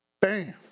Bam